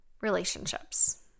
relationships